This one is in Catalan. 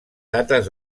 dates